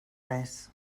res